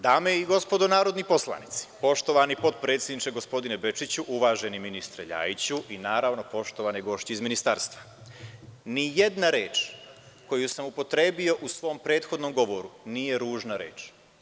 Dame i gospodo narodni poslanici, poštovani potpredsedniče gospodine Bečiću, uvaženi ministre Ljajiću i, naravno, poštovane gošće iz ministarstva, nijedna reč koju sam upotrebio u svom prethodnom govoru nije ružna reč.